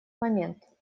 момент